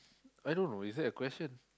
I don't know is that a question